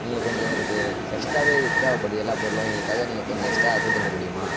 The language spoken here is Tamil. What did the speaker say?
நீங்கள் கொஞ்சம் எங்களுக்கு எக்ஸ்டாவே தேவைபடுது எல்லாம் பொருளும் எங்களுக்காக நீங்கள் கொஞ்சம் எக்ஸ்டா கொடுத்தனுப்ப முடியுமா